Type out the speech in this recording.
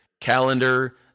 calendar